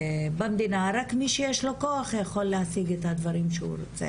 במדינה רק מי שיש לו כוח יכול להשיג את הדברים שהוא רוצה